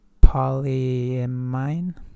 polyamine